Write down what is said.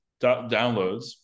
downloads